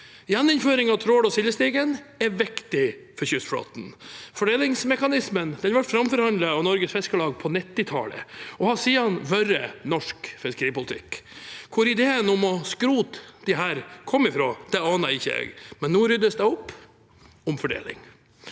Gjeninnføring av trålstigen og sildestigen er viktig for kystflåten. Fordelingsmekanismen ble framforhandlet av Norges Fiskarlag på 1990-tallet og har siden vært norsk fiskeripolitikk. Hvor ideen om å skrote disse kom fra, aner jeg ikke, men nå ryddes det opp – omfordeling.